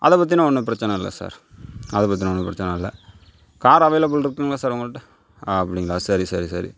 அதை பற்றின ஒன்றும் பிரச்சனை இல்லை சார் அதை பற்றிலாம் ஒன்றும் பிரச்சனை இல்லை கார் அவைலபுள் இருக்குங்கள சார் உங்ககிட்ட அப்படிங்களா சரி சரி சரி